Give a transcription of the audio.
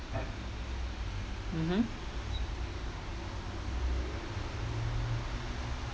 mmhmm